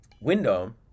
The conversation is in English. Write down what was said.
window